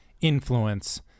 influence